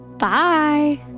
bye